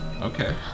Okay